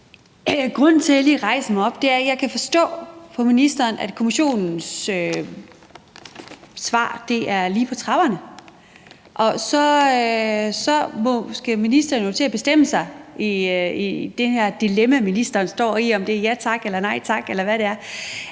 Grunden til, at jeg lige rejser mig op, er, at jeg kan forstå på ministeren, at Kommissionens svar er lige på trapperne. Så skal ministeren jo til at bestemme sig i det her dilemma, ministeren står i, altså om det er ja tak eller nej tak,